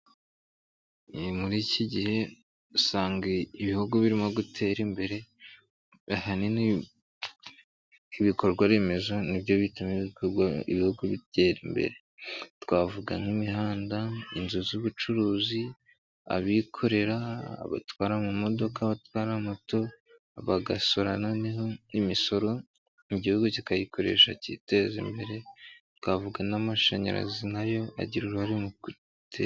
Muri iki gihe usanga ibihugu birimo gutera imbere ahanini nk'ibikorwa remezo nibyo bituma ibihugu bitera imbere twavuga nk'imihanda, inzu z'ubucuruzi, abikorera batwara amamodoka batwara moto bagasuranaho n'imisoro igihugu kikayikoresha cyiteza imbere twavuga n'amashanyarazi nayo agira uruhare mu guteza imbere igihugu.